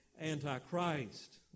Antichrist